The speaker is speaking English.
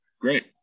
great